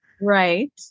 Right